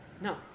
No